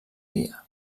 dia